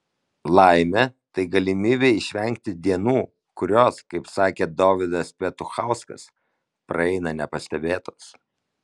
laimė tai galimybė išvengti dienų kurios kaip sakė dovydas petuchauskas praeina nepastebėtos